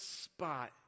spot